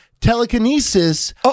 telekinesis